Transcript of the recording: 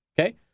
Okay